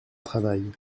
travail